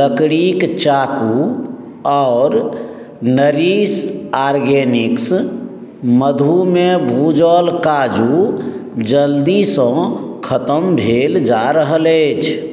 लकड़ीक चाकू आओर नरिश ऑर्गेनिक्स मधुमे भूजल काजू जल्दीसँ खतम भेल जा रहल अछि